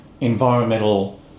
environmental